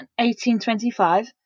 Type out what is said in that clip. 1825